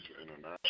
International